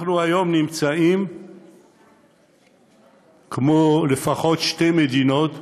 היום אנחנו לפחות כמו שתי מדינות מה-G7,